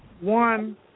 one